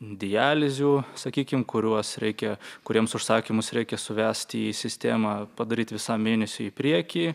dializių sakykim kuriuos reikia kuriems užsakymus reikia suvesti į sistemą padaryt visam mėnesiui į priekį